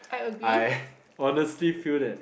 I honestly feel that